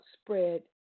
spread